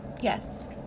yes